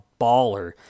baller